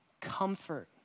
comfort